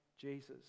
Jesus